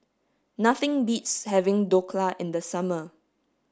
nothing beats having Dhokla in the summer